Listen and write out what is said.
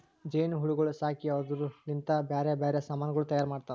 ಜೇನು ಹುಳಗೊಳ್ ಸಾಕಿ ಅವುದುರ್ ಲಿಂತ್ ಬ್ಯಾರೆ ಬ್ಯಾರೆ ಸಮಾನಗೊಳ್ ತೈಯಾರ್ ಮಾಡ್ತಾರ